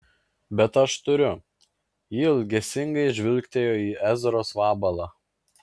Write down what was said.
bet aš turiu ji ilgesingai žvilgtelėjo į ezros vabalą